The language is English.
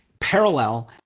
parallel